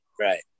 Right